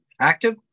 active